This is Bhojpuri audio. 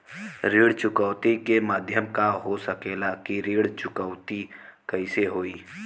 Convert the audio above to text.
ऋण चुकौती के माध्यम का हो सकेला कि ऋण चुकौती कईसे होई?